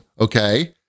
okay